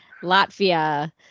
Latvia